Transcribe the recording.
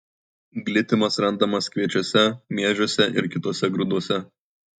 glitimas randamas kviečiuose miežiuose ir kituose grūduose